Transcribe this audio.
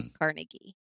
Carnegie